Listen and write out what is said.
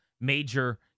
major